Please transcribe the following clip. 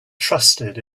trusted